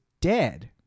dead